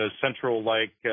central-like